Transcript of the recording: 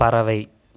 பறவை